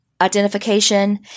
identification